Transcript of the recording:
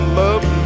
love